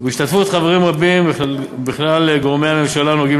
ובהשתתפות חברים רבים מכל גורמי הממשלה הנוגעים